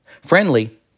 Friendly